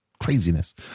craziness